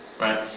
right